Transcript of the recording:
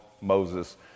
Moses